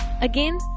Again